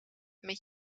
met